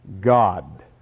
God